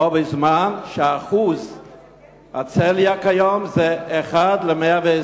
בזמן ששיעור חולי הצליאק כיום הוא 1:120: